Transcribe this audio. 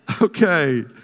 Okay